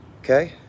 okay